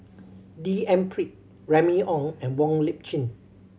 D N Pritt Remy Ong and Wong Lip Chin